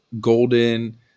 golden